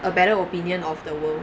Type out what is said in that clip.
a better opinion of the world